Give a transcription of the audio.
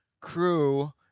crew